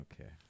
Okay